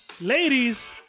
ladies